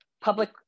public